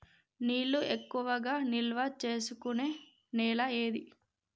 నీళ్లు ఎక్కువగా నిల్వ చేసుకునే నేల ఏది?